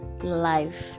life